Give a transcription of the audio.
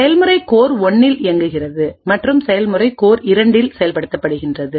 செயல்முறை கோர் 1 இல் இயங்குகிறது மற்றும் செயல்முறை இரண்டு கோர் 2 இல் செயல்படுத்தப்படுகிறது